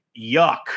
yuck